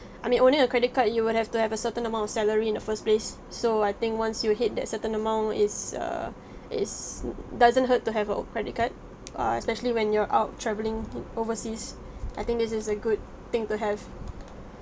I mean owning a credit card you would have to have a certain amount of salary in the first place so I think once you hit that certain amount it's err is doesn't hurt to have a credit card err especially when you're out travelling in overseas I think this is a good thing to have